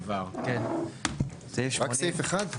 רק סעיף אחד?